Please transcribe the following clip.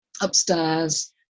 upstairs